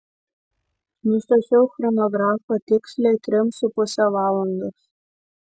nustačiau chronografą tiksliai trim su puse valandos